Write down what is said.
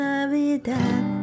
Navidad